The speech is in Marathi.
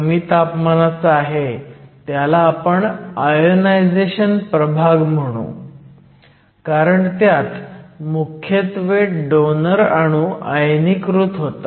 कमी तापमानाचा आहे त्याला आपण आयोनायझेशन प्रभाग म्हणू कारण त्यात मुख्यत्वे डोनर अणू आयनीकृत होतात